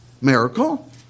miracle